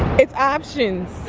it's options,